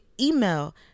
email